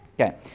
Okay